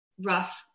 rough